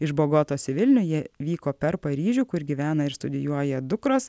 iš bogotos į vilnių jie vyko per paryžių kur gyvena ir studijuoja dukros